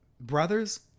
Brothers